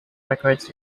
records